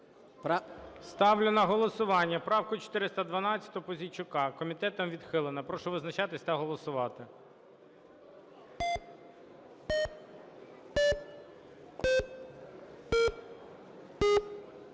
Ставлю на голосування правку 412 Пузійчука. Комітетом відхилена. Прошу визначатися та голосувати.